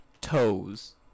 Toes